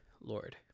lord